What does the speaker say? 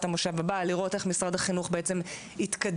המושב הבא לראות איך משרד החינוך בעצם התקדם,